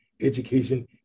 education